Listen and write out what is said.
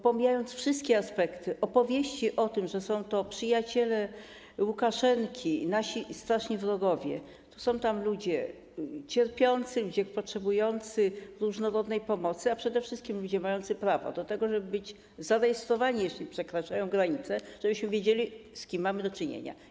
Pomijając wszystkie opowieści o tym, że są to przyjaciele Łukaszenki, nasi straszni wrogowie, trzeba powiedzieć, że to są to ludzie cierpiący, potrzebujący różnorodnej pomocy, a przede wszystkim ludzie mający prawo do tego, żeby ich zarejestrować, jeśli przekraczają granicę, żebyśmy wiedzieli, z kim mamy do czynienia.